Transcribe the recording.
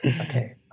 okay